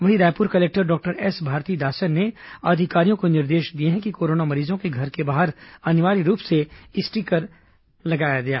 वहीं Raipur collector doctor S Bharathidasan ने अधिकारियों को निर्देश दिए हैं कि कोरोना मरीजों के घर के बाहर अनिवार्य रूप से स्टीकर चिपकाया जाए